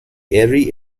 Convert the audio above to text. erie